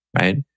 right